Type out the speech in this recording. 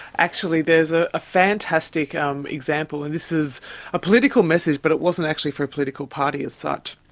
actually there's a fantastic um example. and this is a political message but it wasn't actually for political party as such.